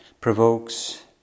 provokes